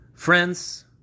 Friends